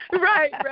right